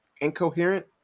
incoherent